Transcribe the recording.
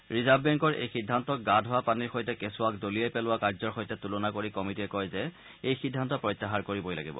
reserve বেংকৰ এই সিদ্ধান্তক গা ধোৱা পানীৰ সৈতে কেঁচুৱাক দলিয়াই পেলোৱা কাৰ্যৰ সৈতে তূলনা কৰি কমিটীয়ে কয় যে এই সিদ্ধান্ত প্ৰত্যাহাৰ কৰিবই লাগিব